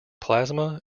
plasma